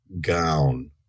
gown